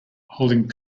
holding